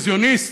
רוויזיוניסט,